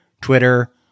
Twitter